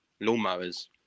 lawnmowers